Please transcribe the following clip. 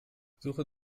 suche